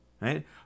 right